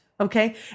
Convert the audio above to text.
Okay